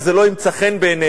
כשזה לא ימצא חן בעיניהם,